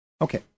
Okay